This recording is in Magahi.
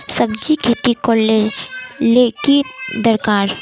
सब्जी खेती करले ले की दरकार?